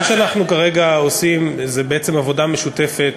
מה שאנחנו כרגע עושים זה בעצם עבודה משותפת,